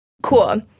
Cool